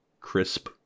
crisp